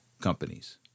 companies